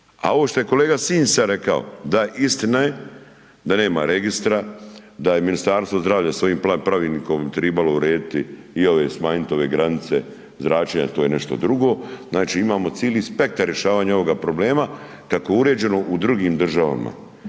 a ovo što je kolega …/nerazumljivo/… sad rekao da istina je da nema registra, da je Ministarstvo zdravlja svojim pravilnikom tribalo urediti i ove, smanjit ove granice zračenja to je nešto drugo, znači imamo cili spektar rješavanja ovoga problema kako uređeno u drugim državama.